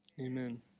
amen